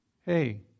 hey